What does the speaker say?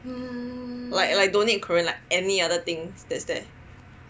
like like don't need korean like any other thing that is there